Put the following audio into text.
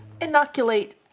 inoculate